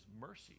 mercy